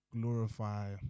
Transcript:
glorify